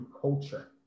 culture